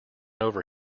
over